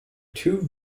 two